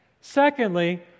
Secondly